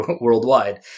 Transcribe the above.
worldwide